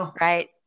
right